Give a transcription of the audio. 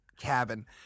cabin